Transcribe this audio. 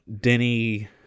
Denny